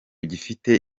gifite